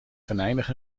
venijnig